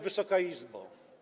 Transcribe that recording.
Wysoka Izbo!